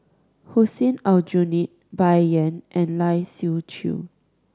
Hussein Aljunied Bai Yan and Lai Siu Chiu